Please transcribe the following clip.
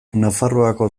nafarroako